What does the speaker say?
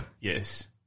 Yes